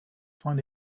find